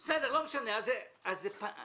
בסדר, לא משנה, פניתי,